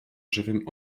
żywym